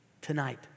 tonight